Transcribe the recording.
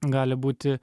gali būti